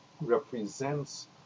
represents